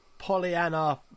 Pollyanna